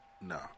no